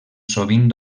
sovint